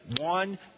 One